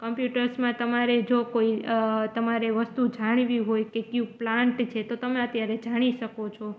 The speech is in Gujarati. કોમ્પ્યુટર્સમાં તમારે જો કોઈ તમારે વસ્તુ જાણવી હોય કે કયું પ્લાન્ટ છે તો તમે અત્યારે જાણી શકો છો